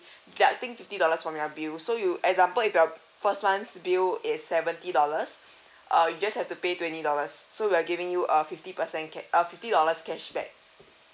deducting fifty dollars from your bill so you example if your first month's bill is seventy dollars uh you just have to pay twenty dollars so we're giving you a fifty percent ca~ err fifty dollars cashback